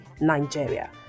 nigeria